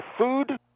food